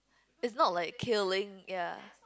its not like killing ya